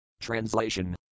Translation